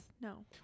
no